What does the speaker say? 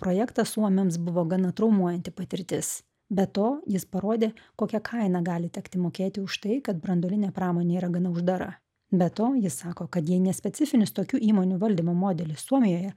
projektas suomiams buvo gana traumuojanti patirtis be to jis parodė kokia kaina gali tekti mokėti už tai kad branduolinė pramonė yra gana uždara be to ji sako kad jei ne specifinis tokių įmonių valdymo modelis suomijoje